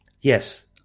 yes